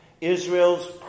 Israel's